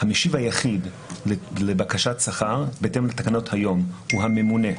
המשיב היחיד לבקשת שכר בהתאם לתקנות היום הוא הממונה.